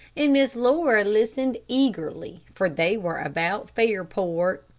and miss laura listened eagerly, for they were about fairport.